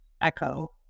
echo